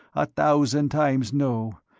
a thousand times no!